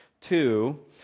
two